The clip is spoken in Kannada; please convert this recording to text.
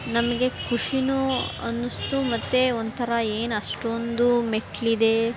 ನಮಗೆ ಖುಷಿಯೂ ಅನ್ನಿಸ್ತು ಮತ್ತು ಒಂಥರ ಏನು ಅಷ್ಟೊಂದು ಮೆಟ್ಟಿಲಿದೆ